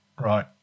Right